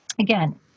again